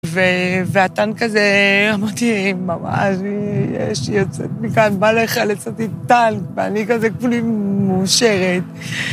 ‫והטנק כזה, אמרתי, ‫היא יוצאת מכאן, באה לך לצאת עם טנק, ‫ואני כזה כולי מאושרת.